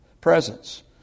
presence